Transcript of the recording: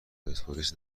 پرسپولیس